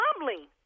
mumbling